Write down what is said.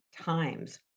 times